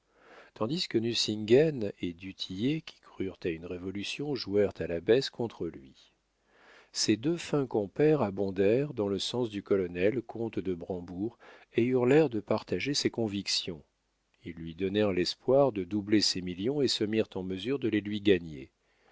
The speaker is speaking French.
tandis que nucingen et du tillet qui crurent à une révolution jouèrent à la baisse contre lui ces deux fins compères abondèrent dans le sens du colonel comte de brambourg et eurent l'air de partager ses convictions ils lui donnèrent l'espoir de doubler ses millions et se mirent en mesure de les lui gagner